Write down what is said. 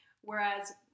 whereas